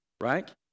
right